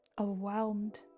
overwhelmed